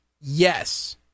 Yes